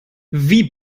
wie